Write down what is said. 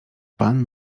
pan